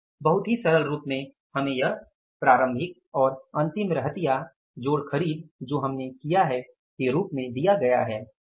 बहुत ही सरल रूप में हमें यह प्रारंभिक और अंतिम रहतिया जोड़ खरीद जो हमने किया है के रूप में दिया गया है